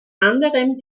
anderem